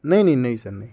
نہیں نہیں نہیں سر نہیں